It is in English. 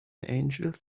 angels